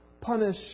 punish